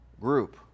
group